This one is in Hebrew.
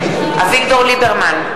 אביגדור ליברמן,